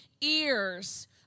ears